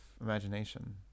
imagination